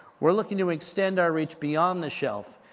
we're looking to extend our reach beyond the shelf,